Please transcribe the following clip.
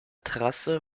trasse